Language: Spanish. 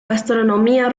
gastronomía